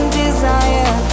desire